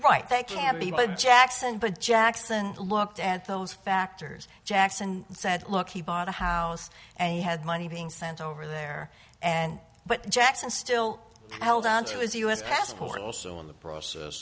right there can be but jackson but jackson looked at those factors jackson said look he bought a house and he had money being sent over there and but jackson still held on to his us passport also in the process